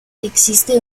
existe